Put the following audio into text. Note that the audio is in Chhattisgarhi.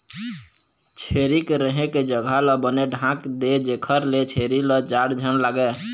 छेरी के रहें के जघा ल बने ढांक दे जेखर ले छेरी ल जाड़ झन लागय